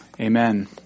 amen